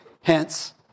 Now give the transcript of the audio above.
Hence